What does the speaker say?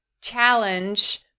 challenge